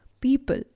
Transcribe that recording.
People